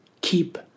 keep